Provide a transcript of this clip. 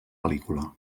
pel·lícula